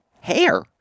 Hair